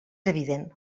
evident